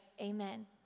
Amen